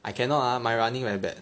I cannot lah my running very bad